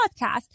podcast